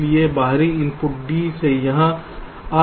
इसलिए बाहरी input D से यहां आ रहा है